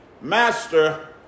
Master